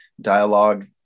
dialogue